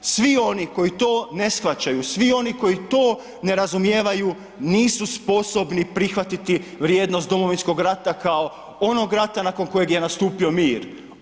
Svi oni koji to ne shvaćaju, svi oni koji to nerazumijevaju nisu sposobni prihvatiti vrijednost Domovinskog rata kao onog rata nakon kojeg je nastupio mir.